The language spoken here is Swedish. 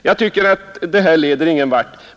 Jag tycker att reservationen leder ingen vart.